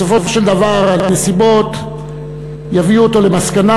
בסופו של דבר הנסיבות יביאו אותו למסקנה